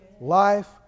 Life